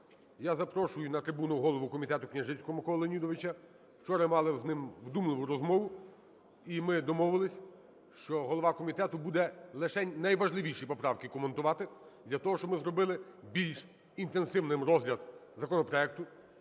Я запрошую на трибуну голову комітету Княжицького Миколу Леонідовича. Вчора мали з ним вдумливу розмову, і ми домовились, що голова комітету буде лишень найважливіші поправки коментувати для того, щоб ми зробили більш інтенсивним розгляд законопроекту.